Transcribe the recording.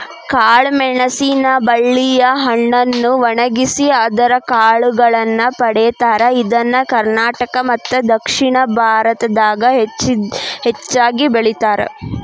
ಕಾಳಮೆಣಸಿನ ಬಳ್ಳಿಯ ಹಣ್ಣನ್ನು ಒಣಗಿಸಿ ಅದರ ಕಾಳುಗಳನ್ನ ಪಡೇತಾರ, ಇದನ್ನ ಕರ್ನಾಟಕ ಮತ್ತದಕ್ಷಿಣ ಭಾರತದಾಗ ಹೆಚ್ಚಾಗಿ ಬೆಳೇತಾರ